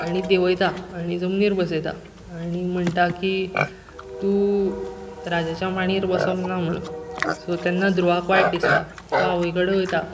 आनी देंवयता आनी जमनीर बसयता आनी म्हणटा की तूं राजाच्या मांडयेर बसप ना म्हणून सो तेन्ना ध्रुवाक वायट दिसता तो आवय कडेन वयता